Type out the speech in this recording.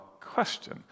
question